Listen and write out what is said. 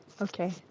Okay